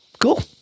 Cool